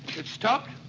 it stopped